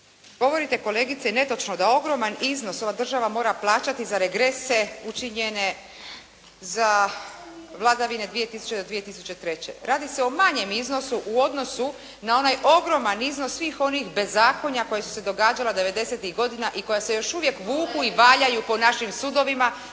Govorite kolegice netočno da ogroman iznos ova država mora plaćati za regrese učinjene za vladavine 2000.-2003. Radi se o manjem iznosu u odnosu na onaj ogroman iznos svih onih bezakonja koja su se događale '90.-tih godina i koja se još uvijek vuku …… /Upadica: